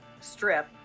Strip